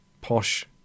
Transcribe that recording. posh